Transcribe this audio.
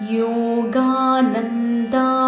yogananda